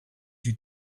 you